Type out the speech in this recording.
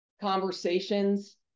conversations